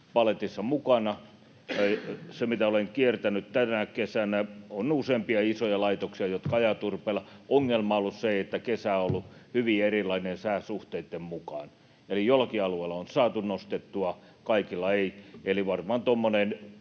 paletissa mukana. Mitä olen kiertänyt tänä kesänä, niin on useampia isoja laitoksia, jotka ajavat turpeella. Ongelma on ollut se, että kesä on ollut hyvin erilainen sääolosuhteitten mukaan. Eli joillakin alueilla on saatu nostettua, kaikilla ei. Varmaan tuommoinen